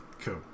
cool